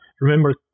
Remember